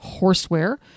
Horseware